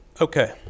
Okay